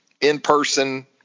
in-person